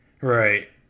Right